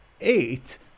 eight